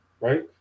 Right